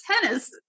tennis